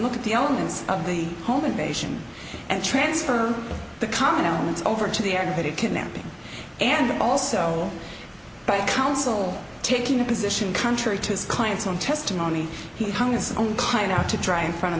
look at the elements of the home invasion and transfer the common elements over to the aggravated kidnapping and also by counsel taking the position country to his clients own testimony he hung his own kind out to dry in front of